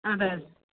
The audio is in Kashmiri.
اَدٕ حظ